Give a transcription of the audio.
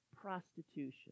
prostitution